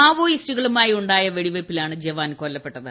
മാവോയിസ്റ്റുകളുമായുണ്ടായ വെടിവെയ്പ്പിലാണ് ജവാൻ കൊല്ലപ്പെട്ടത്